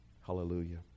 hallelujah